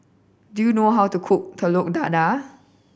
do you know how to cook Telur Dadah